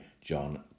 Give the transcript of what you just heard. John